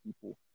people